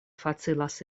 facilas